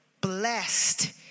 blessed